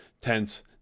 tense